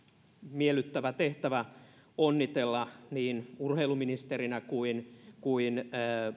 miellyttävä tehtävä onnitella ministeri terhoa niin urheiluministerinä kuin kuin